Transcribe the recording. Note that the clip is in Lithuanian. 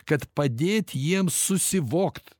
kad padėt jiems susivokt